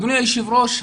אדוני היושב-ראש,